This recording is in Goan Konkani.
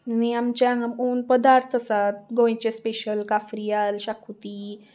आनी आमच्या हांगचे ओन पदार्थ आसात गोंयचे स्पेशल काफ्रियाल शाकुती